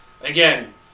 again